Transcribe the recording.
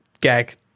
gag